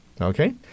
Okay